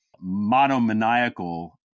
monomaniacal